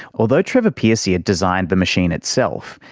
although trevor pearcey had designed the machine itself,